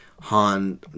Han